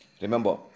Remember